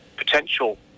potential